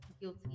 guilty